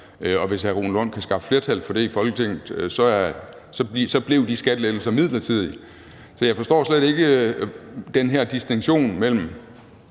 og hvis hr. Rune Lund kan skaffe flertal for det i Folketinget, bliver de skattelettelser midlertidige. Så jeg forstår slet ikke den her distinktion mellem,